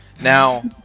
Now